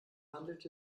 handelt